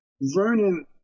Vernon